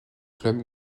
club